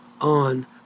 on